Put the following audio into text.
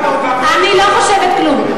אני לא חושבת כלום.